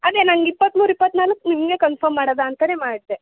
ಅದೇ ನಂಗೆ ಇಪ್ಪತ್ತ್ಮೂರು ಇಪ್ಪತ್ತ್ನಾಲ್ಕು ನಿಮಗೆ ಕನ್ಫರ್ಮ್ ಮಾಡೋದಾ ಅಂತಲೇ ಮಾಡಿದೆ